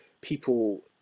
people